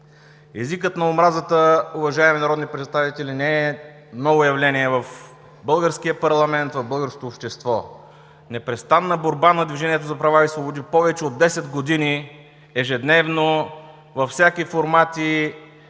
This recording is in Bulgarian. Езикът на омразата, уважаеми народни представители, не е ново явление в българския парламент, в българското общество. Непрестанна борба на Движението за права и свободи – повече от десет години, ежедневно, във всякакви формати